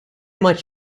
much